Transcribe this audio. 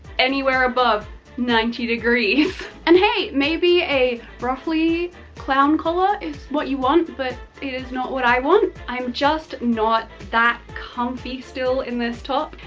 anywhere above ninety degrees and hey maybe a ruffly clown collar is what you want, but it is not what i want. i'm just not that comfy still in this top,